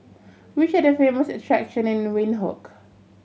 which are the famous attraction in Windhoek